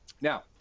Now